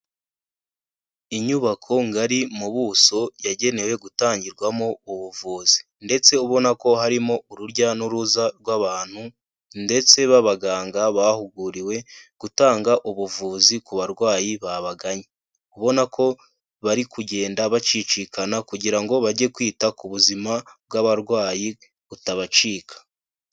Inyubako ngari mu buso yagenewe gutangirwamo ubuvuzi ndetse ubona ko harimo urujya n'uruza rw'abantu ndetse b'abaganga bahuguriwe gutanga ubuvuzi ku barwayi babaganye. Ubona ko bari kugenda bacicikana kugira ngo bajye kwita ku buzima bw'abarwayi butabacika.